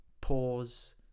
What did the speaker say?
pause